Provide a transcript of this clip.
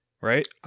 right